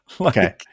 Okay